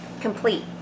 complete